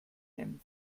einem